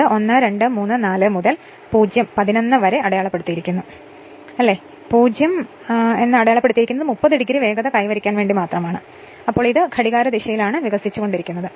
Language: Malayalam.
ഇത് 1 2 3 4 മുതൽ 0 11 വരെ അടയാളപ്പെടുത്തിയിരിക്കുന്നു കൂടാതെ 0 എന്ന് അടയാളപ്പെടുത്തിയിരിക്കുന്നത് 30 degree വേഗത കൈവരിക്കാൻ വേണ്ടി മാത്രമാണ് എന്നാൽ ഇത് ഘടികാരദിശയിൽ വികസിച്ചുകൊണ്ടിരിക്കുന്നു